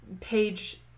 page